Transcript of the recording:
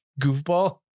goofball